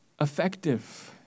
effective